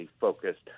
focused